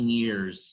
years